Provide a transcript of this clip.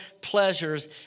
pleasures